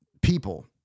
people